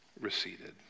receded